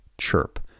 CHIRP